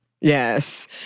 Yes